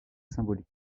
symbolique